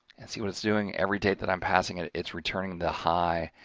and see what it's doing every date that i'm passing it it's returning the high,